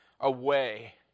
away